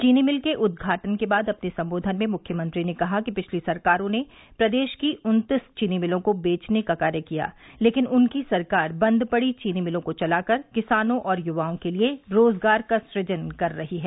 चीनी मिल के उदघाटन के बाद अपने संबोधन में मुख्यमंत्री ने कहा कि पिछली सरकारों ने प्रदेश की उन्तीस चीनी मिलों को बेचने का कार्य किया लेकिन उनकी सरकार बंद पढ़ी चीनी मिलों को चलाकर किसानों और युवाओं के लिए रोजगार का सूजन कर रही है